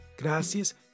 Gracias